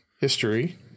History